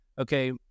okay